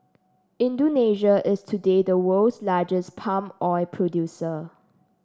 Indonesia is today the world's largest palm oil producer